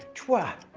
trois,